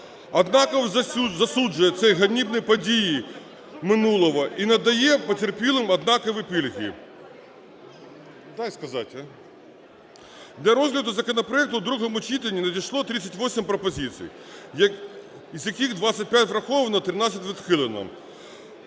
однак засуджує ці ганебні події минулого і надає потерпілим однакові пільги. Для розгляду законопроекту в другому читанні надійшло 38 пропозицій, із яких 25 враховано, 13 відхилено.